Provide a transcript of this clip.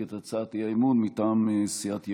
את הצעת האי-אמון מטעם סיעת ימינה.